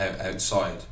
outside